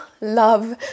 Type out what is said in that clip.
Love